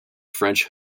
french